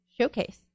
showcase